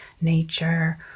nature